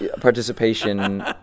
participation